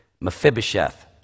Mephibosheth